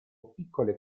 piccole